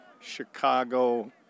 Chicago